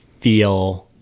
feel